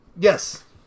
Yes